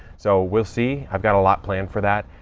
so we'll see. i've got a lot planned for that.